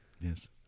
Yes